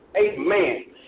amen